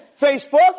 Facebook